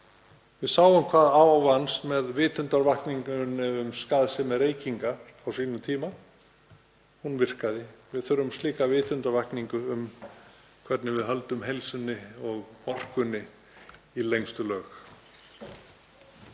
Við sáum hvað ávannst með vitundarvakningu um skaðsemi reykinga á sínum tíma. Hún virkaði. Við þurfum slíka vitundarvakningu um hvernig við höldum heilsu og orku í lengstu lög.